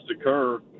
occur